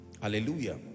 Hallelujah